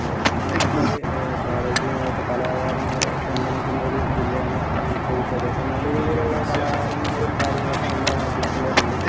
ഇപ്പോൾ നമ്മുടെ നാട്ടിൽ പ്രാദേശികമായിട്ട് കലാകാരന്മാരെ പിന്തുണക്കുന്ന ഒരു ജില്ലയാണ് കോഴിക്കോട് അപ്പോൾ നല്ല രീതിയിലുള്ള കലാകാരന്മാരും കാര്യങ്ങളൊക്കെ നമ്മുടെ നാട്ടിൽ ഇഷ്ടം പോലെയുണ്ട്